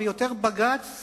ויותר בג"ץ